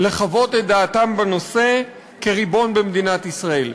לחוות את דעתם בנושא כריבון במדינת ישראל.